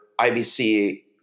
IBC